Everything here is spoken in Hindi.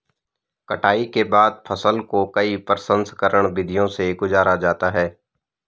कटाई के बाद फसल को कई प्रसंस्करण विधियों से गुजारा जाता है